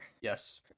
Yes